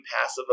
passive